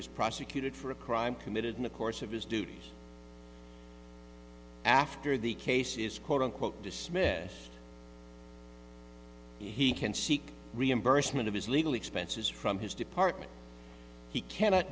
is prosecuted for a crime committed in the course of his duties after the case is quote unquote dismissed he can seek reimbursement of his legal expenses from his department he cannot